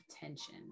tension